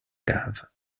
cave